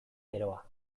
beroa